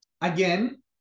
again